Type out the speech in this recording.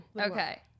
okay